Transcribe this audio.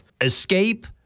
escape